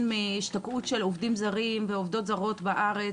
מהשתקעות של עובדים זרים ועובדות זרות בארץ,